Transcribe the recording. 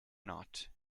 not